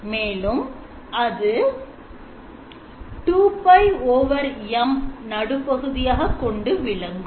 மேலும் அது 2M நடு பகுதியாக கொண்டு விளங்கும்